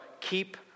keep